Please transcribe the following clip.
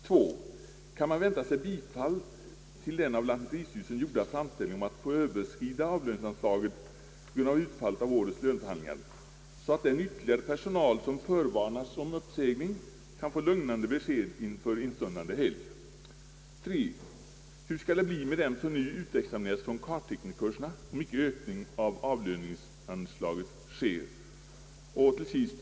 2) Kan man vänta sig bifall till den av lantmäteristyrelsen gjorda framställningen om att få överskrida avlöningsanslaget på grund av utfallet av årets löneförhandlingar, så att den ytterligare personal, som förvarnats om uppsägning kan få lugnande besked inför instundande helg? 3) Hur skall det bli med dem som nu utexamineras från kartteknikerkurserna om icke ökning av avlöningsanslaget sker?